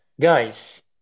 Guys